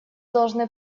должны